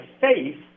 faith